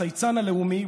הצייצן הלאומי,